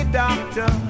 doctor